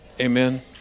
amen